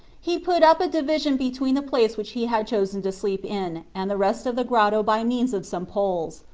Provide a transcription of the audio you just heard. he put up a division between the place which he had chosen to sleep in and the rest of the grotto by means of some poles,